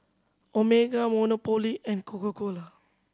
Omega Monopoly and Coca Cola